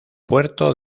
puerto